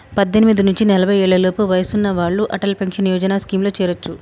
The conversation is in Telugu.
పద్దెనిమిది నుంచి నలభై ఏళ్లలోపు వయసున్న వాళ్ళు అటల్ పెన్షన్ యోజన స్కీమ్లో చేరొచ్చు